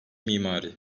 mimari